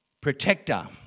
protector